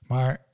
Maar